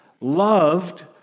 loved